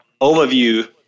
overview